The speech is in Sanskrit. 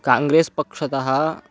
काङ्ग्रेस् पक्षतः